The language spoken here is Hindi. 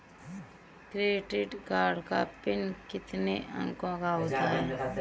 क्रेडिट कार्ड का पिन कितने अंकों का होता है?